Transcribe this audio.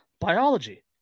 biology